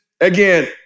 again